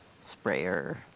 sprayer